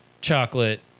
chocolate